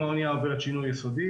אם האנייה עוברת שינוי יסודי,